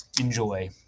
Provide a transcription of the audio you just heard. Enjoy